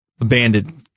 abandoned